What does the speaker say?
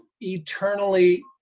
eternally